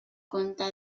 conte